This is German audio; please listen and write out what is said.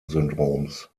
syndroms